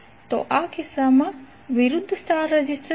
તો આ કિસ્સામાં વિરુદ્ધ સ્ટાર રેઝિસ્ટર શું છે